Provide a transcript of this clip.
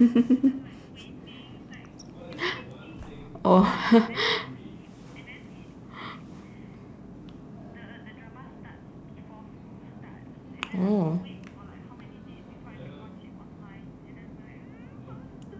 oh